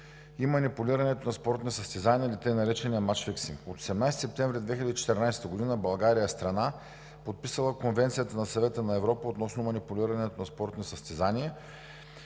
и манипулирането на спортни състезания, или така наречения мач-фиксинг. От 18 септември 2014 г. България е страна, подписала Конвенцията на Съвета на Европа относно манипулирането на спортни състезания,